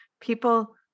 people